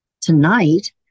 tonight